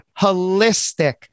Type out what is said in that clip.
holistic